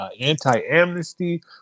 anti-amnesty